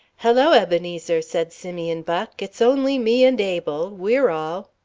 hello, ebenezer, said simeon buck, it's only me and abel. we're all.